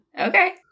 Okay